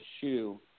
shoe